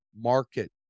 market